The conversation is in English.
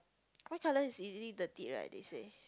white color is easily dirtied right they say